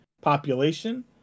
population